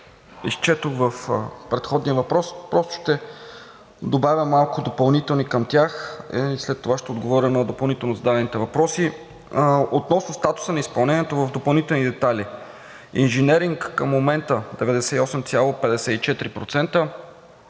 изчетох в предходния въпрос, просто ще добавя малко допълнителни към тях и след това ще отговоря на допълнително зададените въпроси. Относно статуса на изпълнението в допълнителни детайли: инженеринг към момента – 98,54%;